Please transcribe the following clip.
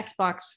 Xbox